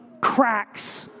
cracks